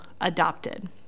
adopted